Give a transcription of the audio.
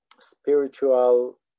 spiritual